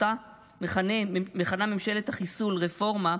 שאותה מכנה ממשלת החיסול "רפורמה",